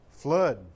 Flood